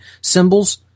symbols